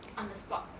on the spot